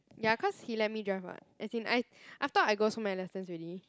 ya cause he let me drive [what] as in like after all I go so many lessons already